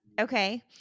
Okay